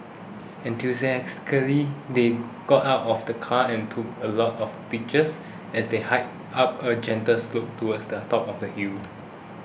enthusiastically they got out of the car and took a lot of pictures as they hiked up a gentle slope towards the top of the hill